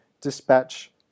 dispatch